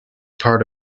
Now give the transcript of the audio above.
part